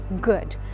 good